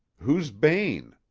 who's bayne?